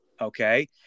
Okay